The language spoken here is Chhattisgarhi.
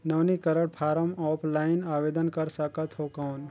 नवीनीकरण फारम ऑफलाइन आवेदन कर सकत हो कौन?